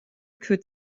could